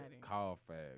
Carfax